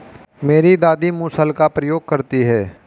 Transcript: मेरी दादी मूसल का प्रयोग करती हैं